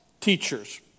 teachers